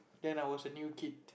then I was a new kid